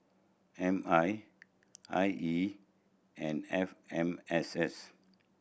M I I E and F M S S